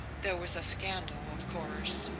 there was a scandal, of course.